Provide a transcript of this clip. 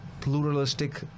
pluralistic